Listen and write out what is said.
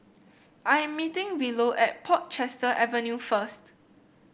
I am meeting Willow at Portchester Avenue first